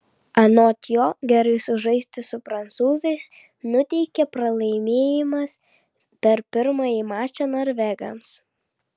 anot jo gerai sužaisti su prancūzais nuteikė pralaimėjimas per pirmąjį mačą norvegams